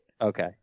Okay